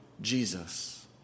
Jesus